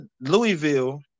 Louisville